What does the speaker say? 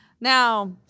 Now